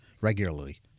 regularly